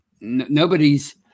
nobody's